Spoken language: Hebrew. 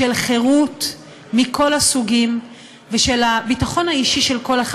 של חירות מכל הסוגים ושל הביטחון האישי של כל אחד